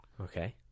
okay